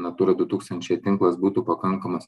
natūra du tūkstančiai tinklas būtų pakankamas